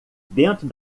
dentro